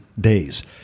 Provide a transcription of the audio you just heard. days